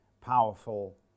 powerful